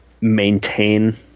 maintain